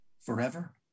forever